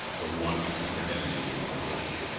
were one ethnic identity. you were polish,